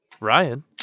Ryan